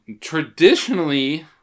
Traditionally